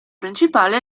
principale